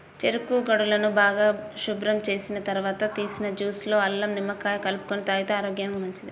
చెరుకు గడలను బాగా శుభ్రం చేసిన తర్వాత తీసిన జ్యూస్ లో అల్లం, నిమ్మకాయ కలుపుకొని తాగితే ఆరోగ్యానికి మంచిది